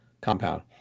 compound